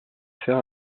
faire